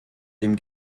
dem